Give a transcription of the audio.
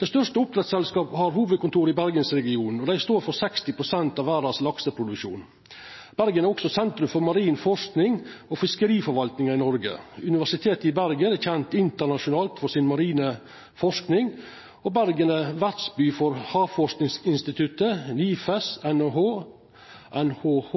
Det største oppdrettsselskapet har hovudkontor i Bergensregionen, og dei står for 60 pst. av verdas lakseproduksjon. Bergen er også sentrum for marin forsking og fiskeriforvaltinga i Noreg. Universitetet i Bergen er kjent internasjonalt for si marine forsking, og Bergen er vertsby for Havforskingsinstituttet, NIFES, NHH,